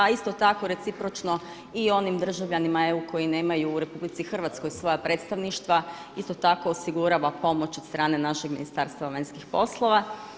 A isto tako, recipročno i onim državljanima EU koji nemaju u RH svoja predstavništva, isto tako osigura pomoć od strane naših Ministarstva vanjskih poslova.